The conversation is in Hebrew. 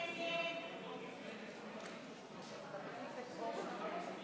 מאגר מידע דיגיטלי בנושא הכשרות מקצועיות,